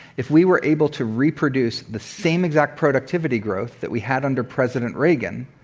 if we were able to reproduce the same exact productivity growth that we had under president reagan,